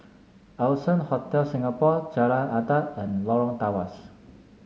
Allson Hotel Singapore Jalan Adat and Lorong Tawas